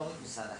לא רק משרד החינוך,